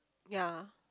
ya